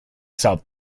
south